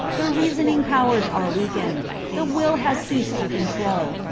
the reasoning powers are weakened, the will has ceased to control,